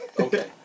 Okay